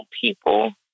people